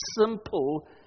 simple